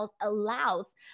allows